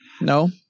No